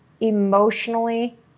emotionally